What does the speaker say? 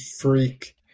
freak